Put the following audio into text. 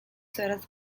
coraz